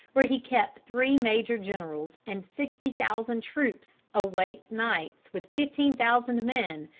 where he kept three major-generals and sixty thousand troops awake nights with fifteen thousand men,